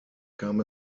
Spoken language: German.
kam